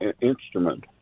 instrument